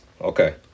okay